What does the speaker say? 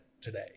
today